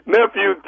Nephew